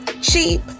Cheap